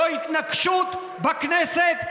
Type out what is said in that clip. זו התנקשות בכנסת,